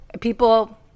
people